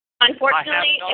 Unfortunately